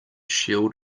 shield